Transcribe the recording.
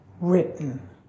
written